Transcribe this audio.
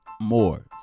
more